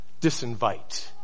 Disinvite